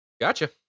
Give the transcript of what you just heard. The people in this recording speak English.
Gotcha